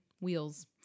Wheels